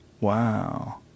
Wow